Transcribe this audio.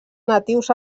natius